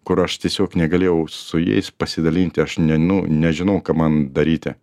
kur aš tiesiog negalėjau su jais pasidalinti aš ne nu nežinau ką man daryti